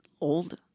old